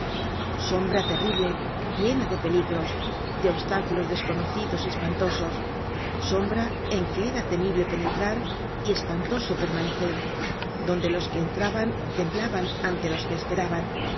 sombra terrible llena de peligros de obstáculos desconocidos y espantosos sombra en que era temible penetrar y espantoso permanecer donde los que entraban temblaban ante los que esperaban